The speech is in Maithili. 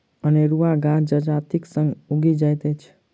अनेरुआ गाछ जजातिक संग उगि जाइत अछि